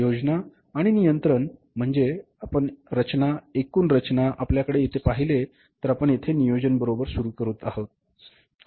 योजना आणि नियंत्रण म्हणजे आपण रचना एकूण रचना आपल्याकडे येथे पाहिले तर आपण येथे नियोजन बरोबर सुरू करीत आहोत का